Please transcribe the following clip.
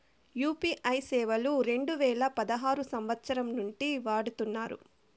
UPI సేవలు రెండు వేల పదహారు సంవచ్చరం నుండి వాడుతున్నారు